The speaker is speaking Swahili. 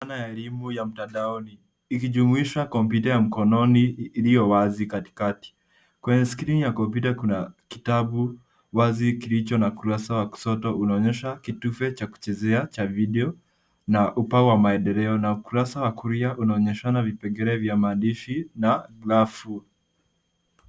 Elimu ya mtandaoni ikijumuisha kompyuta ya mkononi iliyo wazi katikati. Kwenye skrini ya kompyuta kuna kitabu wazi kilicho na kurasa wa kushoto unaonyesha kiduve cha kuchezea cha video na ubao wa maendeleo na ukurasa wa kulia unaonyesha vipengele vya maandishi na rafu.